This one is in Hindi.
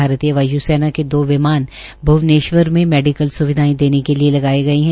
भारतीय वायुसो के दो विमान भ्वनेश्वर मे मेडिकल स्विधायें देने के लिये लगाए गये है